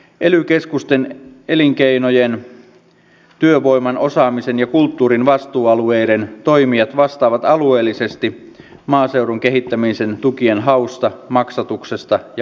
ely keskusten elinkeinojen työvoiman osaamisen ja kulttuurin vastuualueiden toimijat vastaavat alueellisesti maaseudun kehittämisen tukien hausta maksatuksesta ja